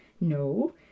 no